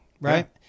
right